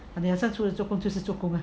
做工就是做工 ah